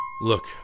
Look